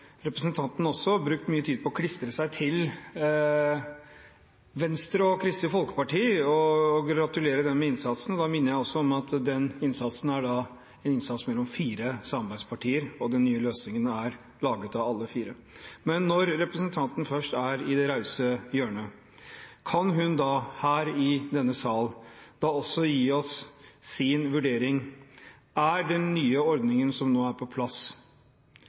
representanten brukt mye tid på å klistre seg til Venstre og Kristelig Folkeparti og gratulert dem med innsatsen. Da minner jeg om at den innsatsen er en innsats mellom fire samarbeidspartier, og den nye løsningen er laget av alle fire. Når representanten først er i det rause hjørnet, kan hun da her i denne sal også gi oss sin vurdering: Er den nye ordningen som nå er på plass,